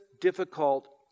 difficult